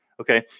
Okay